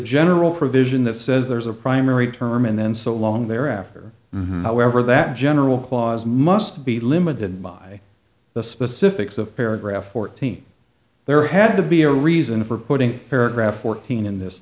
that says there's a primary term and then so long thereafter however that general clause must be limited by the specifics of paragraph fourteen there had to be a reason for putting paragraph fourteen in this